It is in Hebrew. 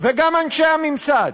וגם אנשי הממסד.